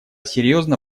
серьезно